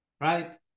right